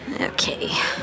Okay